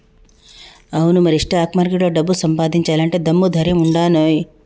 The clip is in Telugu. అవును మరి స్టాక్ మార్కెట్లో డబ్బు సంపాదించాలంటే దమ్ము ధైర్యం ఉండానోయ్